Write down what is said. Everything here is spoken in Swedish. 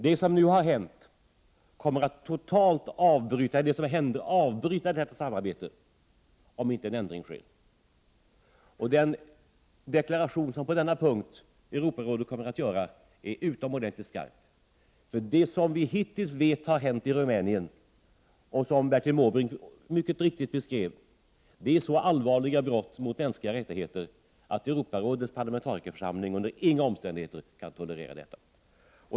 Det som nu har hänt medför att detta samarbete totalt kommer att avbrytas, om inte en ändring sker. Den deklaration som Europarådet kommer att göra på denna punkt är utomordentligt skarp, eftersom det som vi vet hittills har hänt i Rumänien — och som Bertil Måbrink mycket riktigt beskrev — är så allvarliga brott mot mänskliga rättigheter att Europarådets parlamentarikerförsamling inte under några omständigheter kan tolerera dessa.